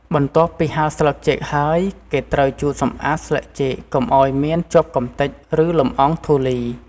បន្ទាប់ពីហាលស្លឹកចេកហើយ គេត្រូវជូតសម្អាតស្លឹកចេកកុំឱ្យមានជាប់កំទេច ឬលម្អងធូលី។